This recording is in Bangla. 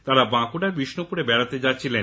তারা বাঁকুড়ার বিষ্ণুপুরে বেড়াতে যাচ্ছিলেন